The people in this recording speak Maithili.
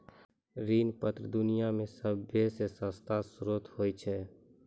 ऋण पत्र दुनिया मे सभ्भे से सस्ता श्रोत होय छै